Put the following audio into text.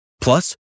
Plus